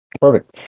Perfect